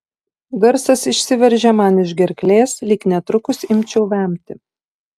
garsas išsiveržė man iš gerklės lyg netrukus imčiau vemti